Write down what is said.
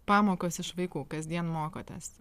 pamokas iš vaikų kasdien mokotės